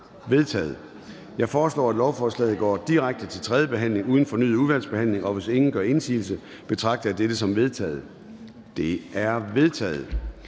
vedtaget. Jeg foreslår, at lovforslaget går direkte til tredje behandling uden fornyet udvalgsbehandling. Hvis ingen gør indsigelse, betragter jeg det som vedtaget. Det er vedtaget.